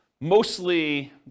mostly